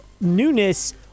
newness